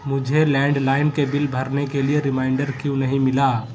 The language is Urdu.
مجھے لینڈ لائین کے بل بھرنے کے لیے ریمائنڈر کیوں نہیں ملا